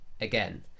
again